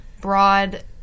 broad